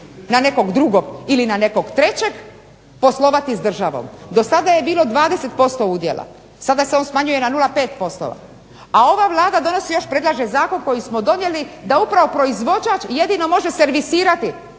na nekog drugog ili na nekog trećeg poslovati s državom? Do sada je bilo 20% udjela, sada se on smanjuje na 0,5%, a ova Vlada donosi još, predlaže zakon koji smo donijeli da upravo proizvođač jedino može servisirati